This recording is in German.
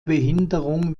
behinderung